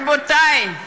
רבותי,